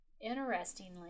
Interestingly